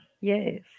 Yes